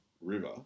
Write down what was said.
river